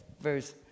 verse